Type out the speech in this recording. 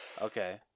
Okay